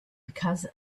because